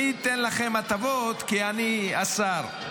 אני אתן לכם הטבות כי אני השר.